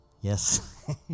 Yes